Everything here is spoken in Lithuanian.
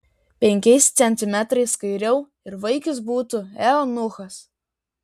penkiais centimetrais kairiau ir vaikis būtų eunuchas